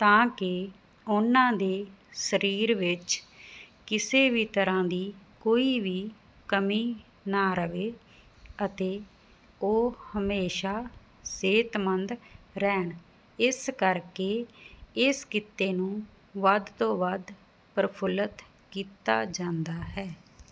ਤਾਂ ਕਿ ਉਹਨਾਂ ਦੇ ਸਰੀਰ ਵਿੱਚ ਕਿਸੇ ਵੀ ਤਰ੍ਹਾਂ ਦੀ ਕੋਈ ਵੀ ਕਮੀ ਨਾ ਰਵੇ ਅਤੇ ਉਹ ਹਮੇਸ਼ਾ ਸਿਹਤਮੰਦ ਰਹਿਣ ਇਸ ਕਰਕੇ ਇਸ ਕਿੱਤੇ ਨੂੰ ਵੱਧ ਤੋਂ ਵੱਧ ਪ੍ਰਫੁੱਲਤ ਕੀਤਾ ਜਾਂਦਾ ਹੈ